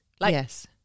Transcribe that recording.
Yes